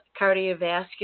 cardiovascular